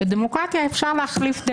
את נכנסת,